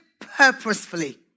purposefully